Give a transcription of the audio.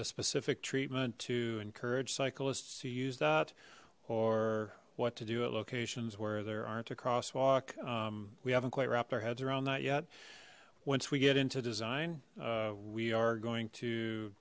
a specific treatment to encourage cyclists to use that or what to do at locations where there aren't a crosswalk we haven't quite wrapped our heads around that yet once we get into design we are going to